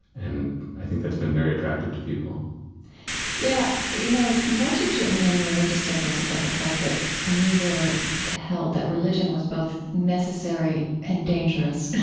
and i think that's been very attractive to people yeah. you know, much is written in religious circles about the fact that niebuhr held that religion was both necessary and dangerous.